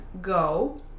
go